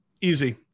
Easy